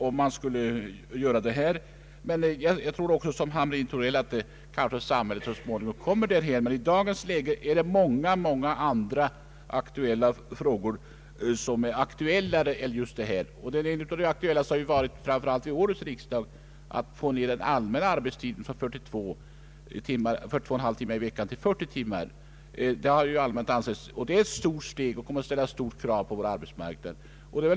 Jag tror liksom fru Hamrin-Thorell att samhället så småningom kommer dithän att medborgarna får rätt till en längre sammanhängande ledighet, men i dagens läge är många andra frågor mer aktuella än denna. Den mest aktuella vid årets riksdag har ju varit att få ned den allmänna arbetstiden från 42,5 till 40 timmar i veckan. Det är ett stort steg och kommer att ställa stora krav på arbetsmarknaden.